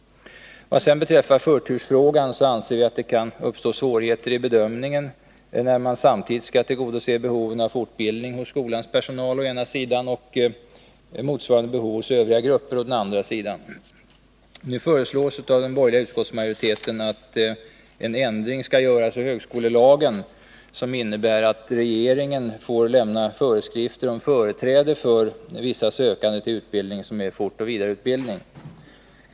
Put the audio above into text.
Vad sedan beträffar förtursfrågan, så anser vi att det kan uppstå svårigheter i bedömningen, när man samtidigt skall tillgodose behoven av fortbildning hos skolans personal å den ena sidan och motsvarande behov hos övriga grupper å den andra sidan. Nu föreslås av den borgerliga utskottsmajoriteten en ändring i högskolelagen, som innebär att regeringen får lämna föreskrifter om företräde för vissa sökande till utbildning som är fortoch vidareutbildning.